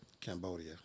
Cambodia